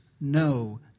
no